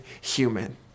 human